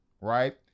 right